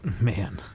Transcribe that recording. Man